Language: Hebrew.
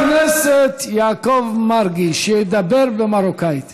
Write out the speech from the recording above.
אנחנו עוברים להצעת חוק הרשות הלאומית לתרבות היידיש (תיקון מס'